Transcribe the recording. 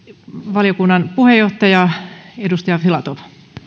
valiokunnan puheenjohtaja edustaja filatov